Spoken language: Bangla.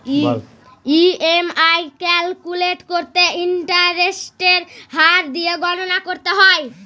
ই.এম.আই ক্যালকুলেট করতে ইন্টারেস্টের হার দিয়ে গণনা করতে হয়